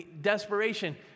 desperation